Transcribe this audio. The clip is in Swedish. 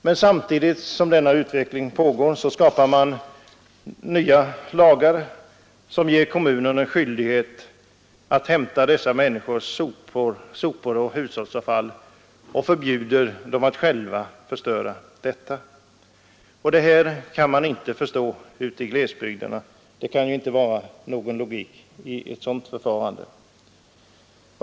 Men samtidigt som denna utveckling pågår skapar man lagar som ålägger kommunerna skyldighet att hämta dessa människors sopor och hushållsavfall och förbjuder dem att själva förstöra detta. Det kan man bara inte förstå logiken i ute i glesbygderna.